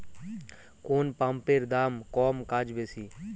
কোন পাম্পের দাম কম কাজ বেশি?